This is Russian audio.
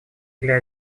или